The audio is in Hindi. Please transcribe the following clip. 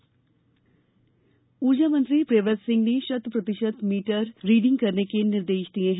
मीटर रीडिंग ऊर्जा मंत्री प्रियव्रत सिंह ने शत प्रतिशत मीटर रीडिंग करने के निर्देश दिये हैं